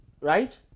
Right